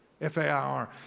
F-A-I-R